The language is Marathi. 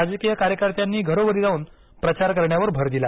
राजकीय कार्यकर्त्यांनी घरोघरी जाऊन प्रचार करण्यावर भर दिला